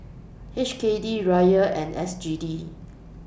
H K D Riyal and S G D